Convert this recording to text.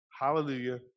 hallelujah